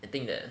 I think that